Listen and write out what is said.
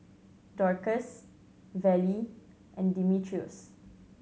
Dorcas Vallie and Dimitrios